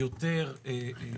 יותר סוגי אפשר.